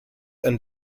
and